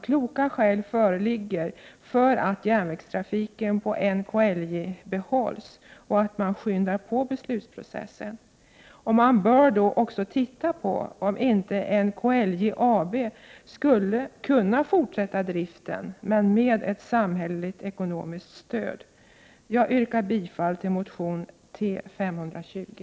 Kloka skäl föreligger för att järnvägstrafiken på NKIJ behålls, och man måste alltså skynda på beslutsprocessen. Man bör då också se över om inte NKIJ AB skulle kunna fortsätta driften, men med ett samhälleligt ekonomiskt stöd. Fru talman! Jag yrkar bifall till motion T520.